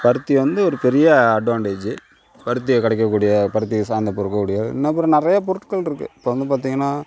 பருத்தி வந்து ஒரு பெரிய அட்வான்டேஜி பருத்தியை கிடைக்க கூடிய பருத்தி சார்ந்த பொருட்களுடைய அப்றம் நிறைய பொருட்கள் இருக்கு இப்போது வந்து பார்த்திங்கன்னா